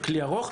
זה כלי ארוך,